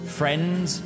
friends